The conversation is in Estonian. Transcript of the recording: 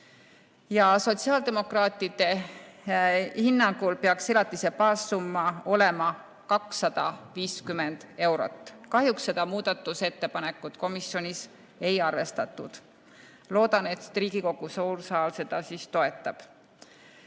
Sotsiaaldemokraatide hinnangul peaks elatise baassumma olema 250 eurot. Kahjuks seda muudatusettepanekut komisjonis ei arvestatud. Loodan, et Riigikogu suur saal seda siiski toetab. Ja